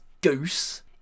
Goose